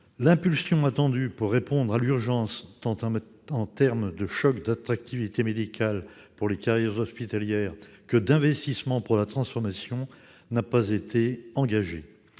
L'impulsion attendue pour répondre à l'urgence, tant en termes de choc d'attractivité médicale pour les carrières hospitalières que d'investissements pour la transformation, n'a pas été donnée.